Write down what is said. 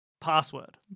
Password